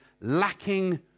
lacking